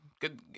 good